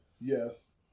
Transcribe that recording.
yes